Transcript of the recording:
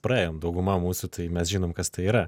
praėjom dauguma mūsų tai mes žinom kas tai yra